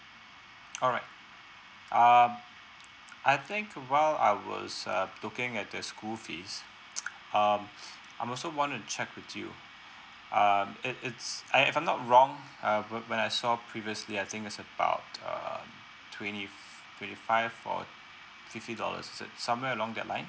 alright um I think while I was uh looking at the school fees um I'm also wanted to check with you um it it's I if I'm not wrong uh when when I saw previously I think is about uh twenty f~ twenty five or fifty dollars som~ somewhere along that lines